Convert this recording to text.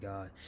God